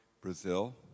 Brazil